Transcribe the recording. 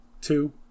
two